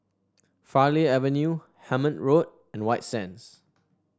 Farleigh Avenue Hemmant Road and White Sands